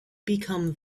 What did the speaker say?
become